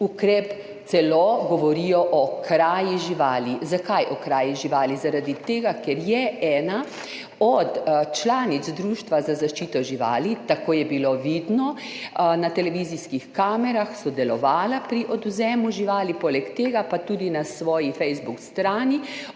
ukrep, celo govorijo o kraji živali. Zakaj o kraji živali? Zaradi tega ker je ena od članic Društva za zaščito živali, tako je bilo vidno na televizijskih kamerah, sodelovala pri odvzemu živali, poleg tega pa tudi na svoji Facebook strani